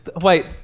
Wait